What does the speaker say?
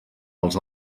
els